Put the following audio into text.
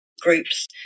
groups